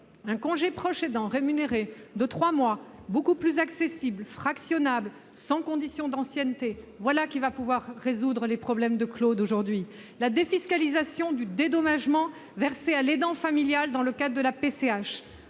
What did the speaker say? un congé proche aidant rémunéré de trois mois beaucoup plus accessible, fractionnable, sans condition d'ancienneté- voilà qui résoudra les problèmes de Claude aujourd'hui -, la défiscalisation du dédommagement versé à l'aidant familial, dans le cadre de la